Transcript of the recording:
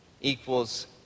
equals